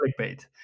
clickbait